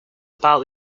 about